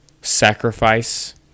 sacrifice